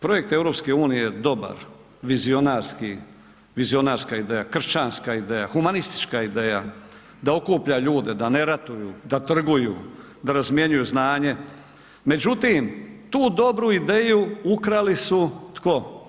Projekt EU-a je dobar, vizionarska ideja, kršćanska ideja, humanistička ideja da okuplja ljude, da ne ratuju, da trguju, da razmjenjuju znanje međutim, tu dobru ideju ukrali su, tko?